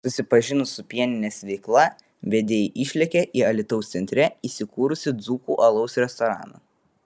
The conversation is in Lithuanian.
susipažinus su pieninės veikla vedėjai išlėkė į alytaus centre įsikūrusį dzūkų alaus restoraną